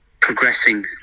progressing